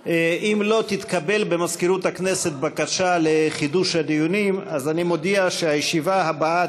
משרד הפנים לאפשר לתשעה יהודים בסכנה לעלות מוונצואלה.